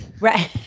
right